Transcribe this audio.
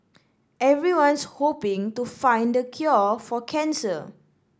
everyone's hoping to find the cure for cancer